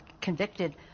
convicted